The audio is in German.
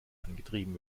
angetrieben